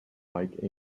like